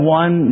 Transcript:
one